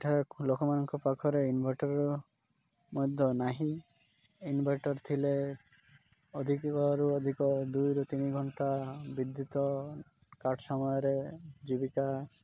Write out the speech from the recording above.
ଏଠାରେ ଲୋକମାନଙ୍କ ପାଖରେ ଇନ୍ଭର୍ଟର୍ ମଧ୍ୟ ନାହିଁ ଇନ୍ଭର୍ଟର୍ ଥିଲେ ଅଧିକରୁ ଅଧିକ ଦୁଇରୁ ତିନି ଘଣ୍ଟା ବିଦ୍ୟୁତ୍ କାଟ୍ ସମୟରେ ଜୀବିକା